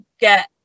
get